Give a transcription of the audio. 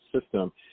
system